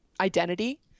identity